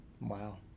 Wow